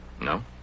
No